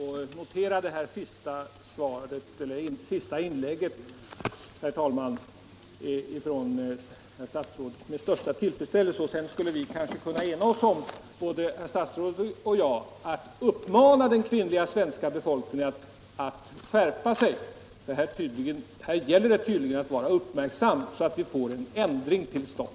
Herr talman! Jag noterar det senaste inlägget från herr statsrådet med förvaltning tillfredsställelse. Vidare skulle kanske statsrådet och jag kunna ena oss om att uppmana de jämställdhetsintresserade i Organisationssverige att skärpa sig. Här gäller det att vara uppmärksam, så att vi får en snar ändring till stånd.